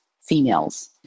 females